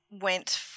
went